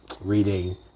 reading